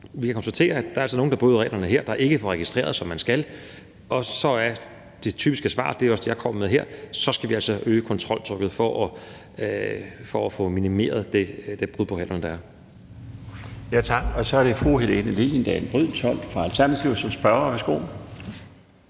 Vi kan konstatere, at der altså er nogle, der bryder reglerne her, og som ikke får registreret, som man skal, og så er det typiske svar, og det er også det, jeg kommer med her, at så skal vi øge kontroltrykket for at få minimeret de brud på reglerne, der er. Kl. 15:23 Den fg. formand (Bjarne Laustsen): Tak. Så er det fru Helene Liliendahl Brydensholt fra Alternativet som spørger. Værsgo.